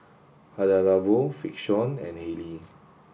Hada Labo Frixion and Haylee